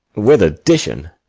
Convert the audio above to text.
with addition!